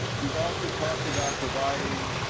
we've also talked about providing.